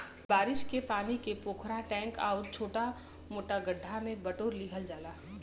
बारिश के पानी के पोखरा, टैंक आउर छोटा मोटा गढ्ढा में बटोर लिहल जाला